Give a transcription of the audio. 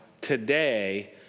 today